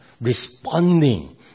responding